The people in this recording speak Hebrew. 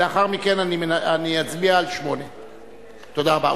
לאחר מכן אני אצביע על תיקון מס' 8. תודה רבה.